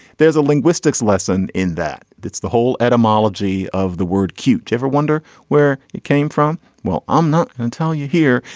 there is a linguistics lesson in that. that's the whole etymology of the word cute. you ever wonder where it came from. well i'm not until you hear.